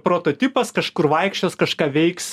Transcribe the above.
prototipas kažkur vaikščios kažką veiks